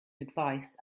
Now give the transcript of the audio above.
advice